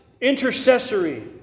intercessory